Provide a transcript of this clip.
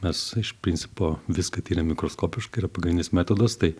mes iš principo viską tiriam mikroskopiškai yra pagrindinis metodas tai